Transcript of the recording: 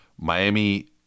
Miami